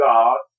God